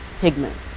pigments